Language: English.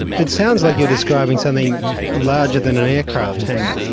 it sounds like you're describing something larger than an aircraft hangar.